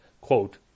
quote